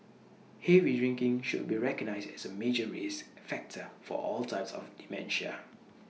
heavy drinking should be recognised as A major risk factor for all types of dementia